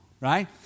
right